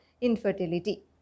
infertility